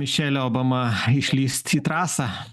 mišelė obama išlįst į trasą